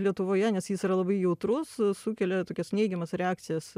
lietuvoje nes jis yra labai jautrus sukelia tokias neigiamas reakcijas